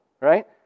Right